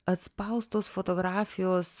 atspaustos fotografijos